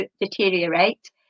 deteriorate